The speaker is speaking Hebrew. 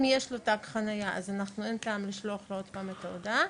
אם יש לו תג חניה אז אין טעם לשלוח לו עוד פעם את ההודעה,